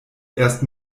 erst